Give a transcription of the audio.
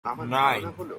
nine